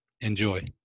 Enjoy